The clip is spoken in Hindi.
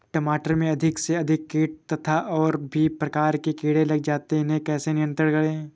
टमाटर में अधिक से अधिक कीट तथा और भी प्रकार के कीड़े लग जाते हैं इन्हें कैसे नियंत्रण करें?